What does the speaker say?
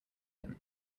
him